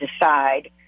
decide